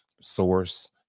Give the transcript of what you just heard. source